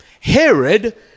Herod